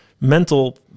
mental